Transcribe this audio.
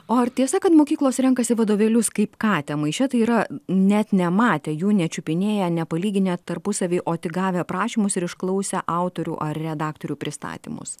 o ar tiesa kad mokyklos renkasi vadovėlius kaip katę maiše tai yra net nematę jų nečiupinėja nepalyginę tarpusavyje o tik gavę prašymus ir išklausę autorių ar redaktorių pristatymus